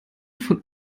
von